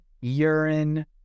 urine